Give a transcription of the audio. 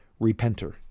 repenter